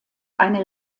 eine